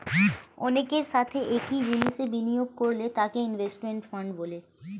অনেকের সাথে একই জিনিসে বিনিয়োগ করলে তাকে ইনভেস্টমেন্ট ফান্ড বলে